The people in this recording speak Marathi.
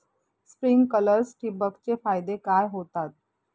स्प्रिंकलर्स ठिबक चे फायदे काय होतात?